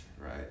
Right